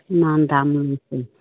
ইমান দাম